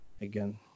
again